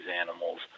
animals